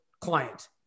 client